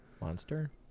Monster